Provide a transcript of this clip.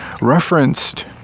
referenced